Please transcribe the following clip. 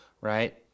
right